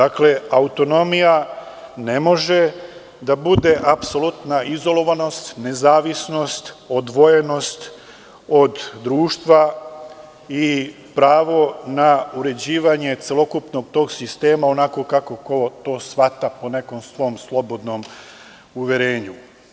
Autonomija ne može da bude apsolutna izolovanost, nezavisnost, odvojenost od društva i pravo na uređivanje celokupnog tog sistema, onako kako ko to shvata po nekom svom slobodnom uverenju.